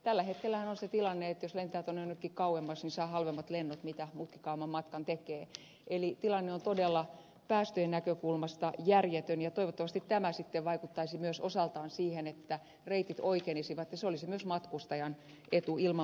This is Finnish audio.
tällä hetkellähän on se tilanne että jos lentää tuonne jonnekin kauemmas niin saa sitä halvemmat lennot mitä mutkikkaamman matkan tekee eli tilanne on todella päästöjen näkökulmasta järjetön ja toivottavasti myös tämä sitten vaikuttaisi osaltaan siihen että reitit oikenisivat ja se olisi myös matkustajan etu ilman muuta